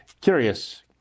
curious